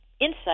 insight